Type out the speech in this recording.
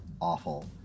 awful